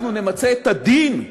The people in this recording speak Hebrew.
אנחנו נמצה את הדין,